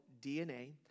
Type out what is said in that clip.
DNA